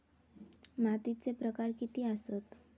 मातीचे प्रकार किती आसत?